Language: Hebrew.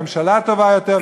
ממשלה טובה יותר,